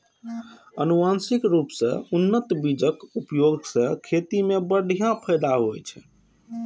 आनुवंशिक रूप सं उन्नत बीजक उपयोग सं खेती मे बढ़िया फायदा होइ छै